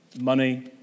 money